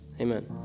Amen